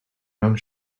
young